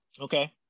Okay